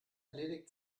erledigt